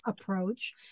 approach